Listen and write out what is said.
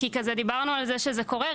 דיברנו על זה שזה קורה,